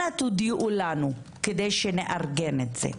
אנא תודיעו לנו כדי שנארגן את זה.